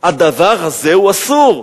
הדבר הזה הוא אסור.